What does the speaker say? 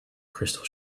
crystal